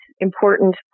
Important